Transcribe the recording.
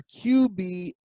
QB